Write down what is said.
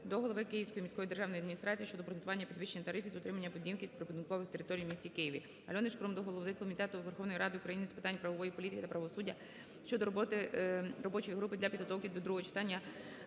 до голови Київської міської державної адміністрації щодо обґрунтування підвищення тарифів з утримання будинків і прибудинкових територій в місті Києві. Альони Шкрум до голови Комітету Верховної Ради України з питань правової політики та правосуддя щодо роботи робочої групи для підготовки до другого читання